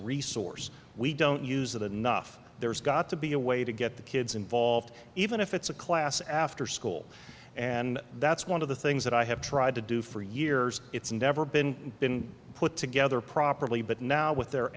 resource we don't use the nuff there's got to be a way to get the kids involved even if it's a class after school and that's one of the things that i have tried to do for years it's never been been put together properly but now with their